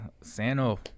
Sano